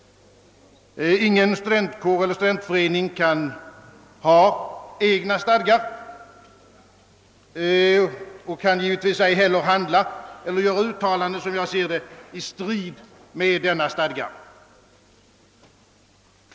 Ingen studentkår eller studentförening får ha egna stadgar och givetvis ej heller — som jag ser det — handla eller göra uttalanden i strid mot universitetsstadgan.